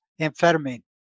amphetamine